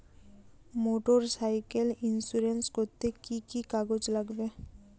Motorcycle insurance করতে কি কি কাগজ লাগবে?